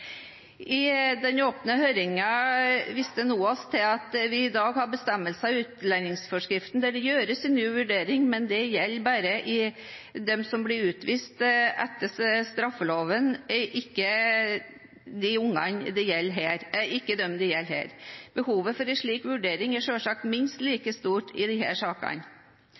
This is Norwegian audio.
I den åpne høringen viste NOAS til at vi i dag har bestemmelser i utlendingsforskriften om at det skal gjøres en ny vurdering, men det gjelder bare dem som blir utvist etter straffeloven, ikke dem det gjelder her. Behovet for en slik vurdering er selvsagt minst like stort i disse sakene.